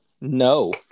no